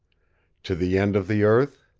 to the end of the earth?